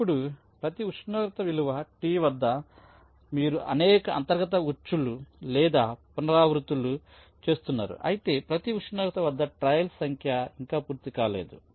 ఇప్పుడు ప్రతి ఉష్ణోగ్రత విలువ T వద్ద మీరు అనేక అంతర్గత ఉచ్చులు లేదా పునరావృత్తులు చేస్తున్నారు అయితే ప్రతి ఉష్ణోగ్రత వద్ద ట్రయల్స్ సంఖ్య ఇంకా పూర్తి కాలేదు